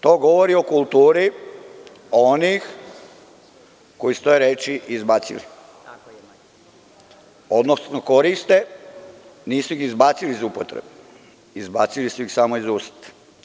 To govori o kulturi onih koji su te reči izbacili, odnosno koriste, nisu ga izbacili iz upotrebe, izbacili su ih samo iz usta.